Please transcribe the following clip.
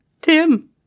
Tim